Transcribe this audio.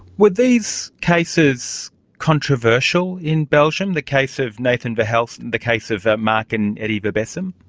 were these cases controversial in belgium, the case of nathan verhelst and the case of marc and eddy verbessem?